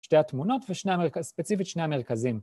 ‫שתי התמונות ושני המרכ.. ספציפית שני המרכזים.